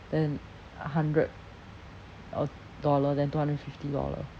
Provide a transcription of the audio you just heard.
then hundred uh dollar then two hundred fifty dollar